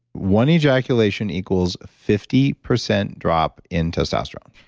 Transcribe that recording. one ejaculation equals fifty percent drop in testosterone.